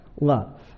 love